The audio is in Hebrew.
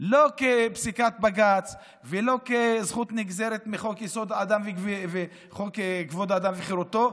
לא כפסיקת בג"ץ ולא כזכות נגזרת מחוק-יסוד: כבוד האדם וחירותו,